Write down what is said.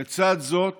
לצד זאת